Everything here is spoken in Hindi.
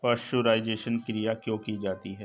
पाश्चुराइजेशन की क्रिया क्यों की जाती है?